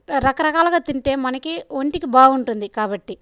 రకరకాలుగా తింటే మనకి ఒంటికి బాగుంటుంది కాబట్టి